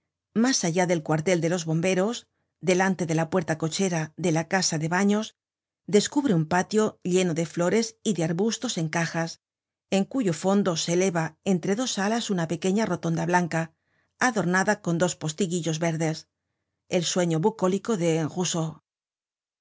mas allá del cuartel de los bomberos delante de la puerta-cochera de la casa de baños descubre un patio lleno de flores y de arbustos en cajas en cuyo fondo se eleva entre dos alas una pequeña rotonda blanca adornada con postiguillos verdes el sueño bucólico de